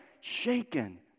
shaken